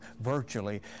virtually